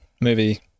movie